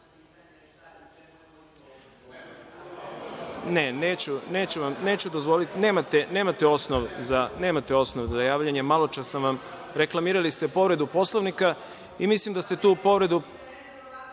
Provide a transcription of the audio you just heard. podsetim.)Ne, neću dozvoliti, nemate osnov za javljanje. Maločas sam vam, reklamirali ste povredu Poslovnika i mislim da ste tu povredu